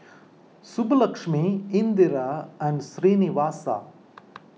Subbulakshmi Indira and Srinivasa